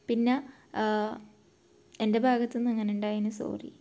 പിന്നെ എൻ്റെ ഭാഗത്തുനിന്ന് അങ്ങനെയുണ്ടായതിന് സോറി